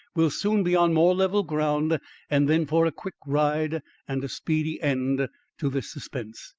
we'll soon be on more level ground and then for a quick ride and a speedy end to this suspense.